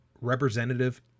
representative